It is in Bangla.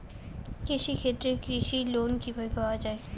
কৃষি ক্ষেত্রে কৃষি লোন কিভাবে পাওয়া য়ায়?